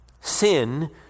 Sin